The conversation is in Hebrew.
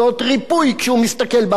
כשהוא מסתכל בערוץ הראשון,